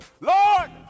Lord